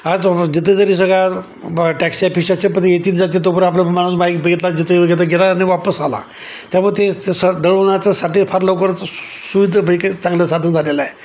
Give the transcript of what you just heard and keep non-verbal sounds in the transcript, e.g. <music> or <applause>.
आज जिथे जरी सगळा ब टॅक्सी <unintelligible> येतात जातात तोपर्यंत आपला माणूस बाईक घेतला जिथे वगे ते गेला आणि वापस आला त्यामुळे ते स दळवण्याच्यासाठी फार लवकर सुविधेपैकी चांगलं साधन झालेलं आहे